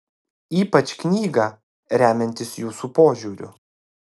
ypač knygą remiantis jūsų požiūriu